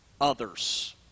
others